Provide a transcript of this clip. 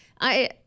I-